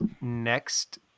next